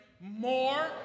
More